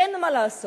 אין מה לעשות,